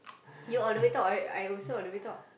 you all the way talk I also all the way talk